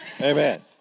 Amen